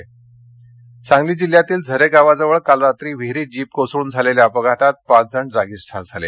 अपघात सांगली सांगली जिल्ह्यातील झरे गावाजवळ काल रात्री विहिरीत जीप कोसळून झालेल्या अपघातात पाच जण जागीच ठार झाले